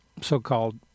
so-called